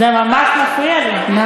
זה ממש מפריע לי.